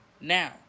Now